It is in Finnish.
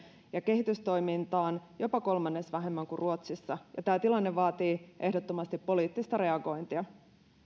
ja kehitystoimintaan jopa kolmannes vähemmän kuin ruotsissa ja tämä tilanne vaatii ehdottomasti poliittista reagointia